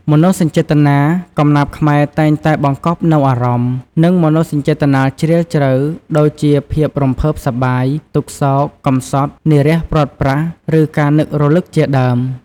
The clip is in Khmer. មនោសញ្ចេតនា កំណាព្យខ្មែរតែងតែបង្កប់នូវអារម្មណ៍ និងមនោសញ្ចេតនាជ្រាលជ្រៅ ដូចជា ភាពរំភើបសប្បាយ ទុក្ខសោក កម្សត់ និរាសព្រាត់ប្រាស ឬការនឹករលឹកជាដើម។